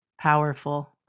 powerful